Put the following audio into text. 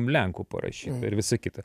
lenkų parašyta ir visa kita